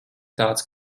tāds